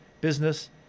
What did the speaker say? business